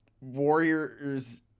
warriors